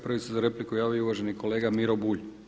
Prvi se za repliku javio uvaženi kolega Miro Bulj.